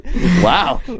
Wow